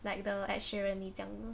like the ed sheeran 你讲的